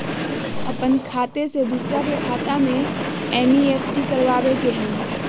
अपन खाते से दूसरा के खाता में एन.ई.एफ.टी करवावे के हई?